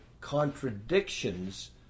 contradictions